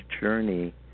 journey